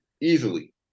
easily